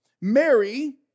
Mary